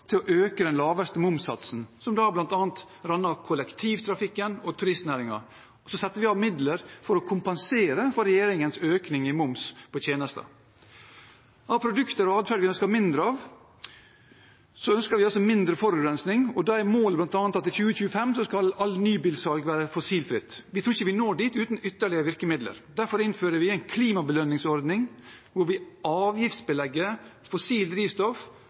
om å øke den laveste momssatsen, som bl.a. rammer kollektivtrafikken og turistnæringen. Så setter vi av midler for å kompensere for regjeringens økning i moms på tjenester. Når det gjelder produkter og atferd vi ønsker mindre av, ønsker vi mindre forurensning, og da er målet bl.a. at i 2025 skal alt nybilsalg være fossilfritt. Vi tror ikke vi når dit uten ytterligere virkemidler. Derfor innfører vi en klimabelønningsordning, hvor vi avgiftsbelegger fossilt drivstoff